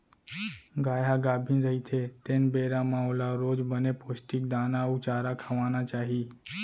गाय ह गाभिन रहिथे तेन बेरा म ओला रोज बने पोस्टिक दाना अउ चारा खवाना चाही